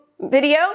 video